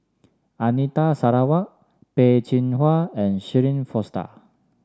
Anita Sarawak Peh Chin Hua and Shirin Fozdar